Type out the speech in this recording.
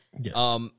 Yes